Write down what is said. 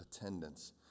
attendance